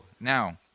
now